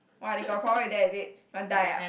what they got problem with that is it want die ah